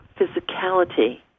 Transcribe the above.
physicality